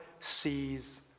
sees